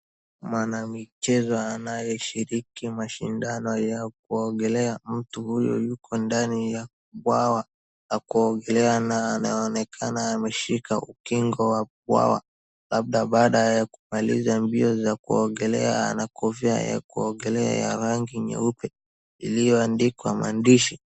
Mwanamichezo anayeshiriki mashindano ya kuogelea, mtu huyo yuko ndani ya bwawa la kuogelea na anaonekana ameshika ukingo wa bwawa, labda baada ya kumaliza mbio za kuogelea na kofia ya kuogelea ya rangi nyeupe iliyoandikwa maandishi.